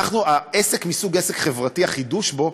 עסק מסוג עסק חברתי, החידוש בו,